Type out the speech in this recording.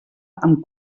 amb